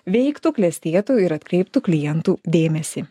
veiktų klestėtų ir atkreiptų klientų dėmesį